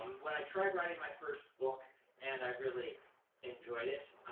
when i tried writing my first book and i really enjoyed it,